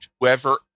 whoever